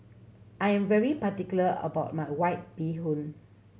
I am very particular about my White Bee Hoon